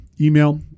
email